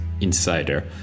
Insider